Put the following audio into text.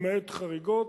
למעט חריגות,